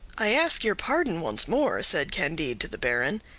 i ask your pardon once more, said candide to the baron,